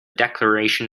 declaration